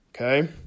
okay